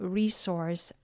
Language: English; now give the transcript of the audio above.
resource